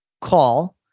call